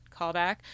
callback